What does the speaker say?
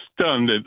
stunned